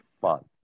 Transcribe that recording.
fun